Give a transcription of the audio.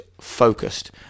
focused